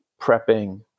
prepping